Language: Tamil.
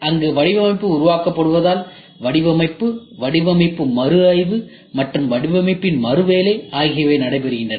அங்கு வடிவமைப்பு உருவாக்கப்படுவதால் வடிவமைப்பு வடிவமைப்பு மறுஆய்வு மற்றும் வடிவமைப்பின் மறுவேலை ஆகியவை நடைபெறுகின்றன